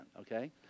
okay